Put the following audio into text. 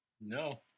No